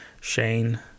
Shane